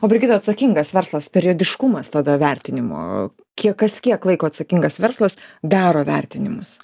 o brigita atsakingas verslas periodiškumas tada vertinimo kiek kas kiek laiko atsakingas verslas daro vertinimus